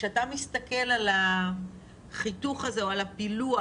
כשאתה מסתכל על החיתוך הזה או על הפילוח